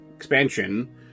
expansion